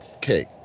cake